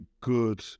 good